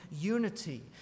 unity